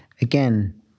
Again